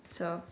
so